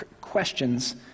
questions